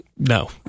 No